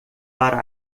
para